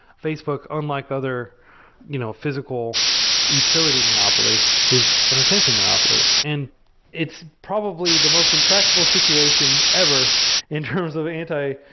facebook, unlike other you know physical utility monopoly is and attention monopoly. and it's probably the most intractable situation ever in terms of anti-trust,